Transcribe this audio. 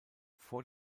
vor